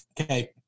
Okay